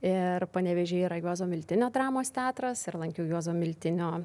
ir panevėžyje yra juozo miltinio dramos teatras ir lankiau juozo miltinio